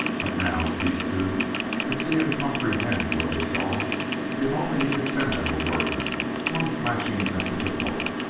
and now if these two could see and comprehend what they saw if only he could send them a word one flashing message of hope!